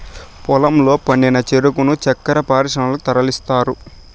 పొలంలో పండిన చెరుకును చక్కర పరిశ్రమలకు తరలిస్తారు